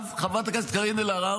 חברת הכנסת קארין אלהרר,